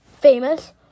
famous